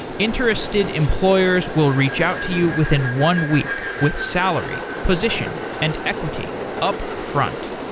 interested employers will reach out to you within one week with salary, position, and equity upfront.